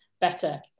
better